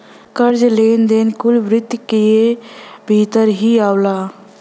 कर्जा, लेन देन कुल वित्त क भीतर ही आवला